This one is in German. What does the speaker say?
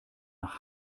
nach